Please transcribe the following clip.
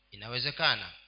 Inawezekana